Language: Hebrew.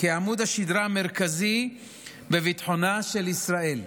כעמוד השדרה המרכזי בביטחונה של ישראל.